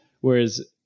whereas